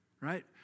right